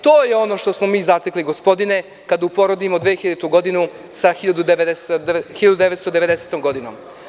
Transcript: To je ono što smo mi zatekli, gospodine, kada uporedimo 2000. godinu sa 1990. godinom.